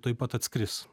tuoj pat atskris